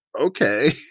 okay